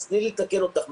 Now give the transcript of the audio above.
אז תני לי לתקן אותך.